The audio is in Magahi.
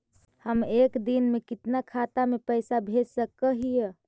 हम एक दिन में कितना खाता में पैसा भेज सक हिय?